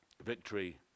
Victory